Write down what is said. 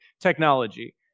technology